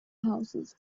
houses